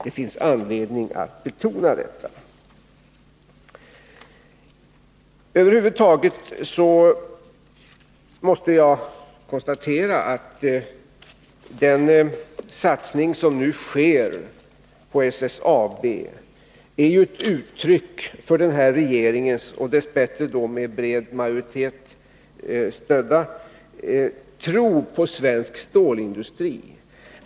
— Det finns anledning Torsdagen den att betona detta. 10 december 1981 Den satsning som nu sker på SSAB är ett uttryck för regeringens tro — dess bättre stödd av en bred majoritet — på svensk stålindustri.